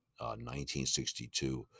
1962